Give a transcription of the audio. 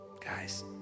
guys